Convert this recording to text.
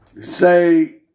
say